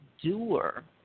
doer